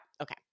Okay